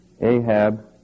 Ahab